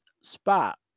spot